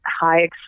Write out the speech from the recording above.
high